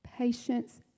Patience